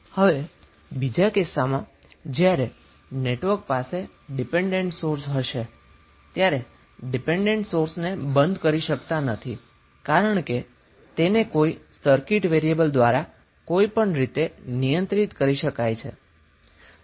હવે બીજા કિસ્સામાં જ્યારે નેટવર્ક પાસે ડીપેન્ડન્ટ સોર્સ હશે ત્યારે ડીપેન્ડન્ટ સોર્સને બંધ કરી શકતા નથી કારણ કે તેને કોઈ સર્કિટ વેરીએબલ દ્વારા કોઈપણ રીતે નિયંત્રિત કરી શકાય છે